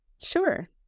Sure